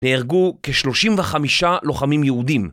נהרגו כ-35 לוחמים יהודים